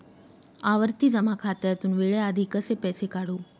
आवर्ती जमा खात्यातून वेळेआधी कसे पैसे काढू?